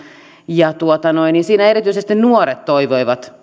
ja siinä erityisesti nuoret toivoivat